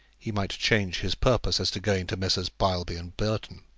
he might change his purpose as to going to messrs. beilby and burton.